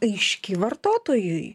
aiški vartotojui